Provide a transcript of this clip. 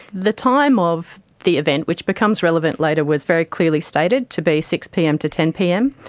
the time of the event, which becomes relevant later, was very clearly stated to be six pm to ten pm.